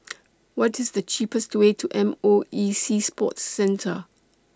What IS The cheapest Way to M O E Sea Sports Centre